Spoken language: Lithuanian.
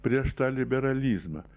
prieš tą liberalizmą